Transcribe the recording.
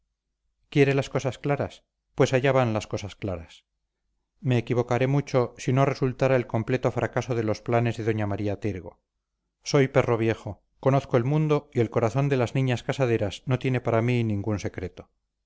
quiere las cosas claras pues allá van las cosas claras me equivocaré mucho si no resultara el completo fracaso de los planes de doña maría tirgo soy perro viejo conozco el mundo y el corazón de las niñas casaderas no tiene para mí ningún secreto